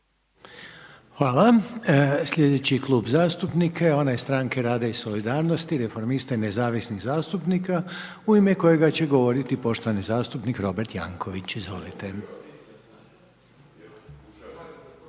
Hvala. Slijedeći je Klub zastupnika onaj Stranke rada i solidarnosti, Reformista i nezavisnih zastupnika u ime kojega će govoriti poštovani zastupnik Robert Jankovics.